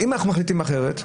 אם אנחנו מחליטים אחרת,